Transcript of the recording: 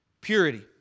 Purity